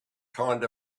kind